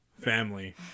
family